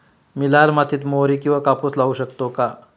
मी लाल मातीत मोहरी किंवा कापूस लावू शकतो का?